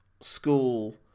school